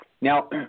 Now